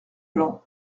plan